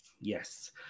yes